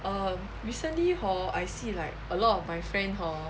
um recently hor I see like a lot of my friend hor